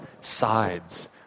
sides